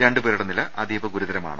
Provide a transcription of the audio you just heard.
രണ്ടു പേരുടെ നില അതീവ ഗുരുതരമാണ്